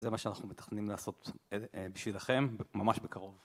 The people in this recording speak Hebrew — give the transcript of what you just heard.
זה מה שאנחנו מתכננים לעשות בשבילכם ממש בקרוב.